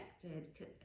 connected